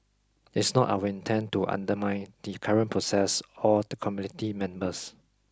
it's not our intent to undermine the current process or the committee members